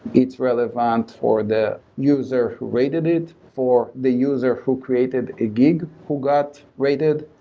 it's relevant for the user who rated it, for the user who created a gig who got rated,